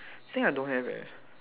think I don't have eh